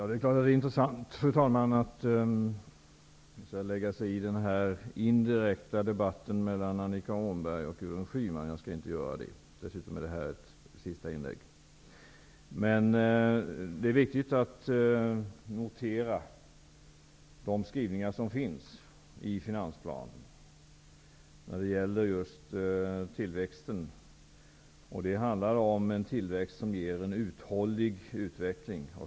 Fru talman! Det vore intressant att lägga sig i den indirekta debatten mellan Annika Åhnberg och Gudrun Schyman. Men jag skall inte göra det. Det är viktigt att notera de skrivningar som finns i finansplanen när det gäller tillväxten. Tillväxten skall ge en uthållig utveckling.